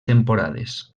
temporades